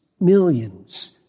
millions